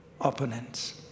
opponents